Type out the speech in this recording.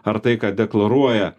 ar tai ką deklaruoja